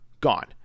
gone